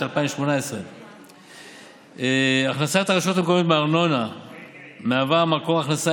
2018. הכנסת הרשויות המקומיות מארנונה מהווה מקור הכנסה